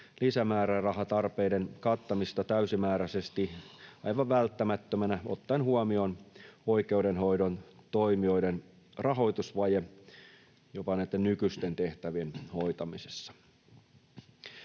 lisämäärärahatarpeiden kattamista täysimääräisesti aivan välttämättömänä ottaen huomioon oikeudenhoidon toimijoiden rahoitusvajeen jopa näitten nykyisten tehtävien hoitamisessa.